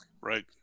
right